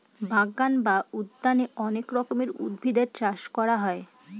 বাগান বা উদ্যানে অনেক রকমের উদ্ভিদের চাষ করা হয়